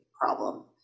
problem